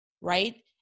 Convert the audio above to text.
right